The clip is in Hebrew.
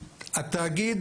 התאגיד,